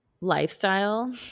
lifestyle